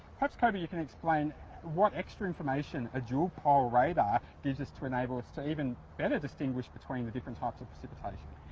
perhaps, coby, you can explain what extra information a dual pol. radar gives us to enable us to even better distinguish between the different types of precipitation.